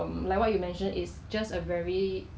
go through the procedures like the hygiene procedures